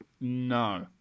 No